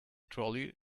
trolley